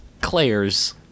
Claire's